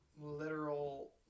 literal